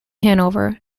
hannover